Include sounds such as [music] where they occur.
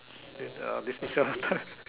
this is your turn [laughs]